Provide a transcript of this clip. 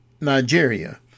Nigeria